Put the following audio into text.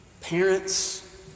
Parents